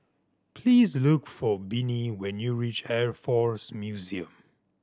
please look for Bennie when you reach Air Force Museum